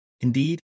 Indeed